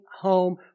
home